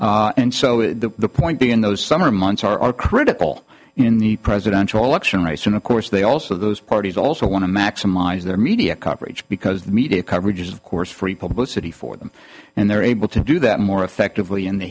september and so the point being those summer months are critical in the presidential election race and of course they also those parties also want to maximize their media coverage because the media coverage is of course free publicity for and they're able to do that more effectively in the